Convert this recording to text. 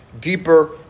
deeper